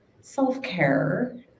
self-care